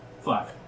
Five